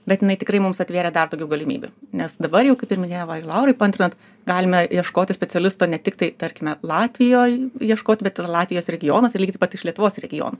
bet jinai tikrai mums atvėrė dar daugiau galimybių nes dabar jau kaip ir minėjo va ir laurai paantrinant galime ieškoti specialisto ne tiktai tarkime latvijoj ieškot bet ir latvijos regionuose lygiai taip pat iš lietuvos regionų